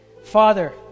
Father